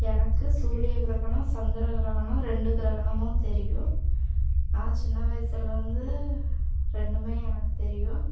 எனக்கு சூரிய கிரகணம் சந்திர கிரகணம் ரெண்டு கிரகணமும் தெரியும் நான் சின்ன வயசுலேருந்து ரெண்டும் எனக்கு தெரியும்